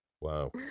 Wow